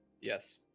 Yes